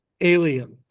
alien